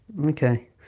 Okay